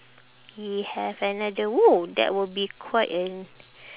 he have another !woo! that will be quite an